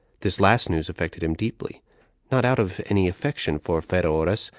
this last news affected him deeply not out of any affection for pheroras,